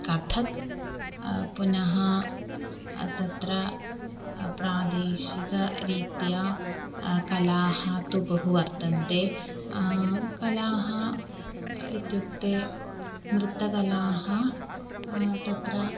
कथक् पुनः तत्र प्रादेशिकरीत्या कलाः तु बह्व्यः वर्तन्ते कलाः इत्युक्ते नृत्तकलाः तत्र